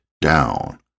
down